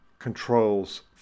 controls